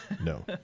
No